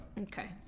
Okay